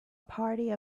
party